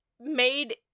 made